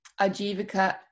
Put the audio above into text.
Ajivika